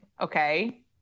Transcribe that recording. Okay